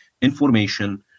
information